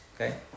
okay